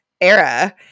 era